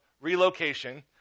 relocation